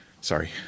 Sorry